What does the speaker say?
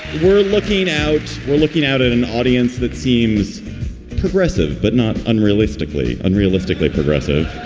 were looking out we're looking out at an audience that seems progressive but not unrealistically unrealistically progressive,